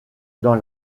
dans